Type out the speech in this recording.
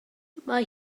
mae